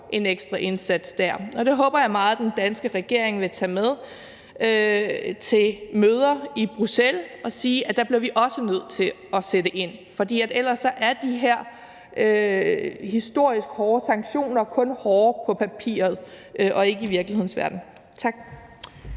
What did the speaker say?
en ekstra indsats der. Det håber jeg meget at den danske regering vil tage med til møder i Bruxelles og sige, at der bliver vi også nødt til at sætte ind. For ellers er de her historisk hårde sanktioner kun hårde på papiret – og ikke i virkelighedens verden. Tak.